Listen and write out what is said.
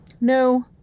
No